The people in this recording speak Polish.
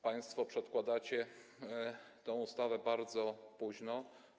Państwo przedkładacie tę ustawę bardzo późno.